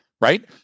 Right